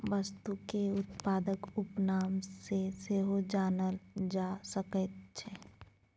वस्तुकेँ उत्पादक उपनाम सँ सेहो जानल जा सकैत छै